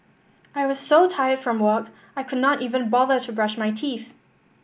I was so tired from work I could not even bother to brush my teeth